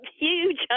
huge